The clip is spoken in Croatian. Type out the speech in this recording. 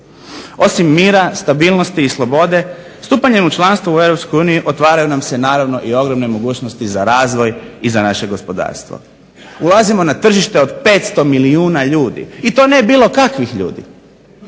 Osim mira, stabilnosti i slobodu, stupanjem u članstvo u Europskoj uniji otvaraju nam se naravno i ogromne mogućnosti za razvoj i naše gospodarstvo, ulazimo na tržište od 500 milijuna ljudi to ne bilo kakvih ljudi,